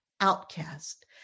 outcast